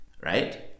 right